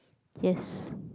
yes